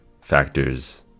factors